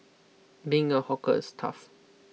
being a hawker is tough